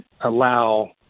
allow